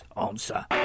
answer